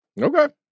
Okay